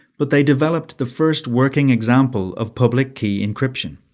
but they developed the first working example of public key encryption.